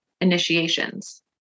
initiations